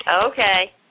Okay